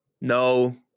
no